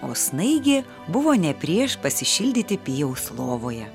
o snaigė buvo ne prieš pasišildyti pijaus lovoje